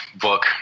book